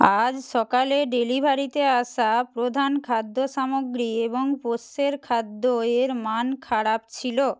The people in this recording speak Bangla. আজ সকালে ডেলিভারিতে আসা প্রধান খাদ্য সামগ্রী এবং পোষ্যের খাদ্য এর মান খারাপ ছিলো